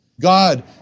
God